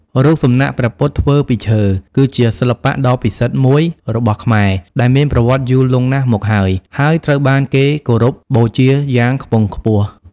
រូបសំណាកព្រះពុទ្ធធ្វើពីឈើ គឺជាសិល្បៈដ៏ពិសិដ្ឋមួយរបស់ខ្មែរដែលមានប្រវត្តិយូរលង់ណាស់មកហើយ ហើយត្រូវបានគេគោរពបូជាយ៉ាងខ្ពង់ខ្ពស់។